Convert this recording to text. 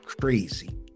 crazy